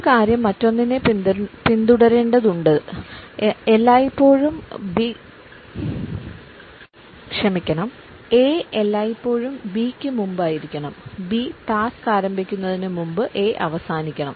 ഒരു കാര്യം മറ്റൊന്നിനെ പിന്തുടരേണ്ടതുണ്ട് എ എല്ലായ്പ്പോഴും ബിക്ക് മുമ്പായിരിക്കണം ബി ടാസ്ക് ആരംഭിക്കുന്നതിന് മുമ്പ് എ അവസാനിക്കണം